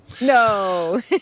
No